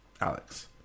Alex